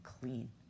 clean